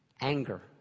Anger